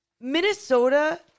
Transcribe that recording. Minnesota